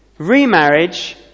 Remarriage